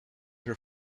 her